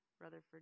Rutherford